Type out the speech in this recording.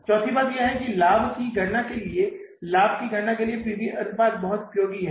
चौथी बात यह है कि लाभ की गणना के लिए लाभ की गणना के लिए पी वी अनुपात बहुत बहुत उपयोगी है